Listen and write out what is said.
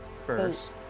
First